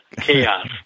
Chaos